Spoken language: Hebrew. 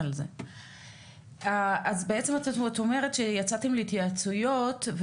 אז בעצם את אומרת שיצאתם להתייעצויות,